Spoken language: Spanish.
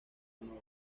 honor